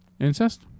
incest